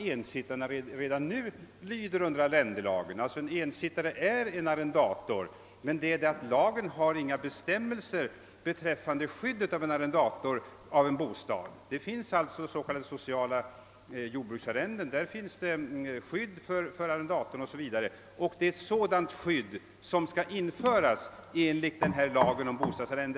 Ensittarna lyder redan nu under arrendelagen; en ensittare är arrendator. Lagen har emellertid inga bestämmelser beträffande skyddet för en arrendator av bostad. Det finns s.k. sociala jordbruksarrenden. Där finns skydd för arrendatorn, och det är ett sådant skydd som skall införas enligt lagen om bostadsarrende.